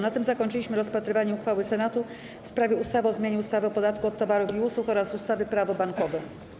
Na tym zakończyliśmy rozpatrywanie uchwały Senatu w sprawie ustawy o zmianie ustawy o podatku od towarów i usług oraz ustawy - Prawo bankowe.